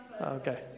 Okay